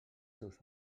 seus